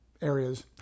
Areas